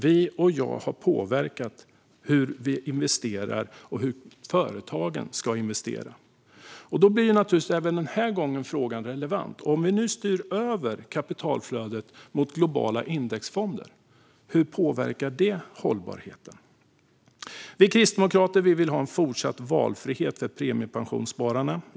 Våra val har påverkat hur företagen ska investera. Även här blir då frågan relevant: Hur påverkar det hållbarheten om vi styr över kapitalflödet mot globala indexfonder? Vi kristdemokrater vill ha fortsatt valfrihet för premiepensionsspararna.